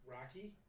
Rocky